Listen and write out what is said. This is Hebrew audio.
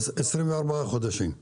24 חודשים.